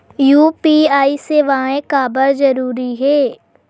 UPI सेवाएं काबर जरूरी हे?